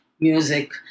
music